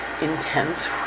intense